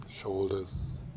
shoulders